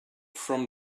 from